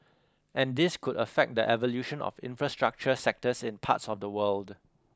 and this could affect the evolution of infrastructure sectors in parts of the world